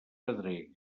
pedregue